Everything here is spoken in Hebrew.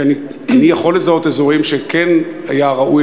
כי אני יכול לזהות אזורים שכן היה ראוי,